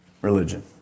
religion